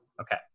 okay